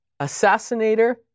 Assassinator